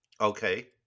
Okay